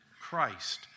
Christ